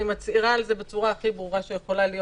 אני מצהירה על זה בצורה הכי ברורה שיכולה להיות.